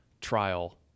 trial